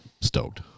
stoked